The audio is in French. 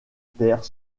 terre